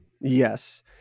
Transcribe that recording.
yes